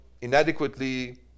inadequately